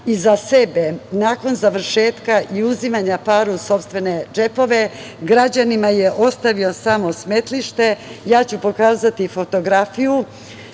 za sebe nakon završetka i uzimanja para u sopstvene džepove, građanima je ostavio samo smetlište. Ja ću pokazati fotografiju,